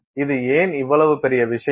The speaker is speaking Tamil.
இது ஏன் இவ்வளவு பெரிய விஷயம்